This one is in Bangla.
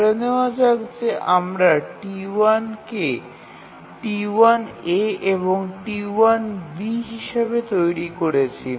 ধরে নেওয়া যাক যে আমরা T1 কে T1 a এবং T1 b হিসাবে তৈরি করেছি